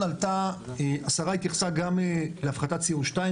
השרה התייחסה גם להפחתת CO2,